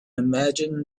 imagine